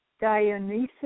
Dionysus